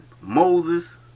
Moses